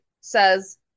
says